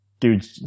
Dude